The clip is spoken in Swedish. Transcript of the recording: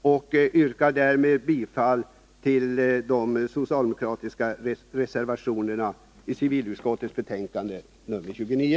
Jag yrkar därmed bifall till de socialdemokratiska reservationerna i civilutskottets betänkande nr 29.